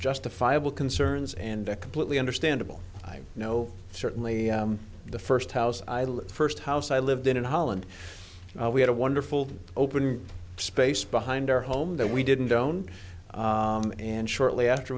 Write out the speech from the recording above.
justifiable concerns and a completely understandable i know certainly the first house i look first house i lived in in holland we had a wonderful open space behind our home that we didn't own and shortly after